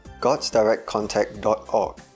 godsdirectcontact.org